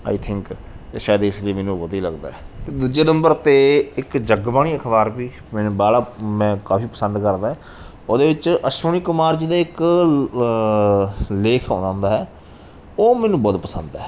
ਆਈ think ਸ਼ਾਇਦ ਇਸ ਲਈ ਮੈਨੂੰ ਵਧੀਆ ਲੱਗਦਾ ਹੈ ਅਤੇ ਦੂਜੇ ਨੰਬਰ 'ਤੇ ਇੱਕ ਜਗਬਾਣੀ ਅਖ਼ਬਾਰ ਵੀ ਮੈਨੂੰ ਬਾਹਲਾ ਮੈਂ ਕਾਫ਼ੀ ਪਸੰਦ ਕਰਦਾ ਉਹਦੇ ਵਿੱਚ ਅਸ਼ਵਨੀ ਕੁਮਾਰ ਜੀ ਦੇ ਇੱਕ ਲੇਖ ਆਉਂਦਾ ਹੁੰਦਾ ਹੈ ਉਹ ਮੈਨੂੰ ਬਹੁਤ ਪਸੰਦ ਹੈ